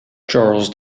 charles